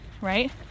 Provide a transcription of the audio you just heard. right